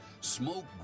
Smoke